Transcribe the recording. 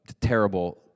terrible